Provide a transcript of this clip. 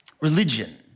Religion